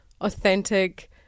authentic